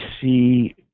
see